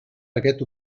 paquet